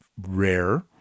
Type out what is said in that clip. rare